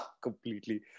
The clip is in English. completely